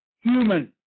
human